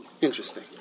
Interesting